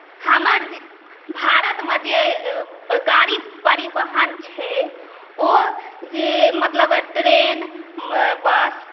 हमर भारतमे जे गाड़ी परिवहन छै ओ जे मतलब ट्रेन बस